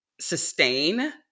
sustain